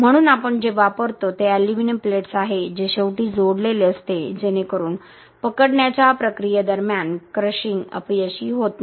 म्हणून आपण जे वापरतो ते एल्युमिनियम प्लेट्स आहे जे शेवटी जोडलेले असते जेणेकरून पकडण्याच्या प्रक्रियेदरम्यान क्रशिंग अपयशी होत नाही